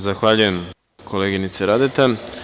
Zahvaljujem, koleginice Radeta.